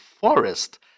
forest